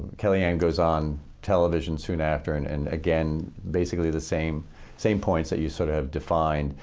kellyanne goes on television soon after and and again basically the same same points that you sort of have defined.